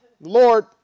Lord